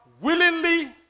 willingly